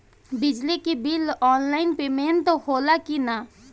बिजली के bill online payment होला कि ना?